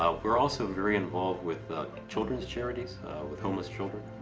ah we're also very involved with children's charities with homeless children.